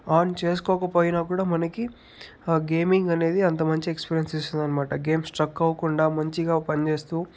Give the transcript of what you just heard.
on చేసుకోకపోయినా కూడా మనకి ఆ గేమింగ్ అనేది అంత మంచి ఎక్స్పీరియన్స్ ఇస్తుందన్నమాట గేమ్ ఎక్కడ స్ట్రక్ అవకుండా మంచిగా పని చేస్తూ